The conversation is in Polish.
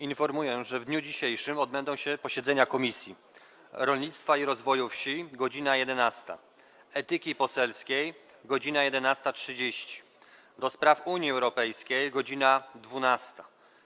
Informuję, że w dniu dzisiejszym odbędą się posiedzenia Komisji: - Rolnictwa i Rozwoju Wsi - godz. 11, - Etyki Poselskiej - godz. 11.30, - do Spraw Unii Europejskiej - godz. 12,